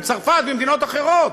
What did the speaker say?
עם צרפת ועם מדינות אחרות.